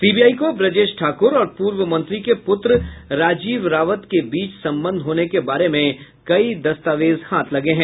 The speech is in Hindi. सीबीआई को ब्रजेश ठाकुर और पूर्व मंत्री के पुत्र राजीव रावत के बीच संबंध होने के बारे में कई दस्तावेज हाथ लगे हैं